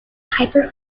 hyper